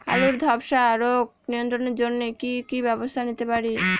আলুর ধ্বসা রোগ নিয়ন্ত্রণের জন্য কি কি ব্যবস্থা নিতে পারি?